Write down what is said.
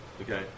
Okay